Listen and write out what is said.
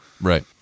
Right